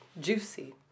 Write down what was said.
Juicy